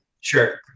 Sure